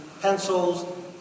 pencils